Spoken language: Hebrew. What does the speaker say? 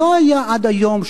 שלא היה עד היום,